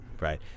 right